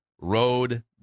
road